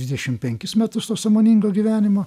dvidešim penkis metus to sąmoningo gyvenimo